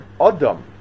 Adam